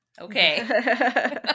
okay